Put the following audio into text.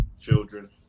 children